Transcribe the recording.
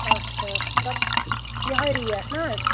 آچھا دَپ یِہوٚے ریٹ نا